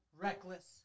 reckless